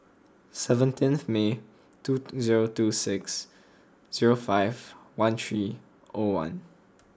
seventeenth May two zero two six zero five one three O one